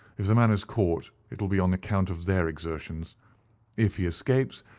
if the man is caught, it will be on account of their exertions if he escapes,